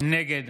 נגד